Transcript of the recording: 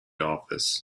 office